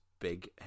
big